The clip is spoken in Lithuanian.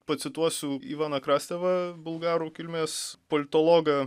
pacituosiu ivaną krasevą bulgarų kilmės politologą